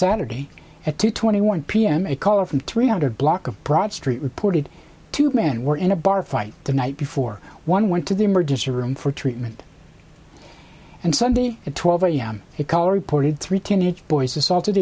saturday at two twenty one pm a caller from three hundred block of broad street reported two men were in a bar fight the night before one went to the emergency room for treatment and sunday at twelve am it color reported three teenage boys assaulted